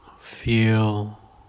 Feel